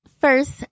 first